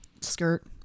skirt